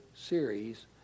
series